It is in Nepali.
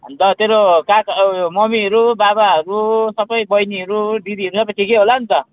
अन्त तेरो काका उयो मम्मीहरू बाबाहरू सबै बहिनीहरू दिदीहरू सबै ठिकै होला नि त